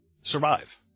survive